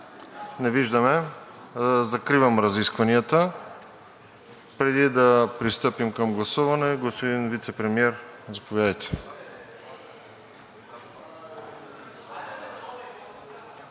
Не виждам. Закривам разискванията. Преди да пристъпим към гласуване, господин Вицепремиер, заповядайте.